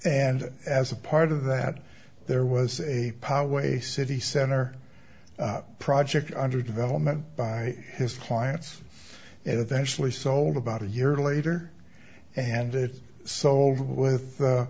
and as a part of that there was a power way city center project under development by his clients and eventually sold about a year later and it sold with a